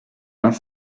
vingt